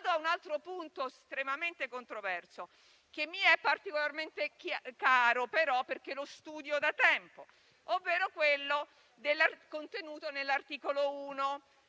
Un altro punto estremamente controverso, che però mi è particolarmente caro perché lo studio da tempo, è quello contenuto nell'articolo 1.